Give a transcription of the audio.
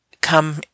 come